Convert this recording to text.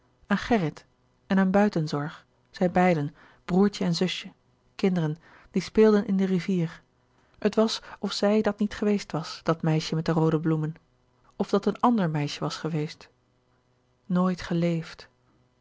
aan gerrit en aan buitenzorg zij beiden broêrtje en zusje kinderen die speelden in de rivier het was of zij dat niet geweest was dat meisje met de roode bloemen of dat een ander meisje was geweest nooit geleefd